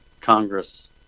Congress